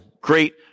great